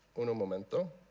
uno momento.